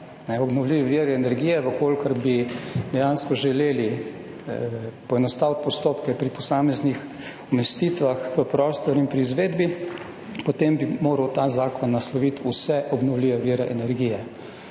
Obnovljivi viri energije, če bi dejansko želeli poenostaviti postopke pri posameznih umestitvah v prostor in pri izvedbi, potem bi moral ta zakon nasloviti vse obnovljive vire energije,